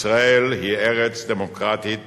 ישראל היא ארץ דמוקרטית